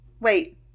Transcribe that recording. Wait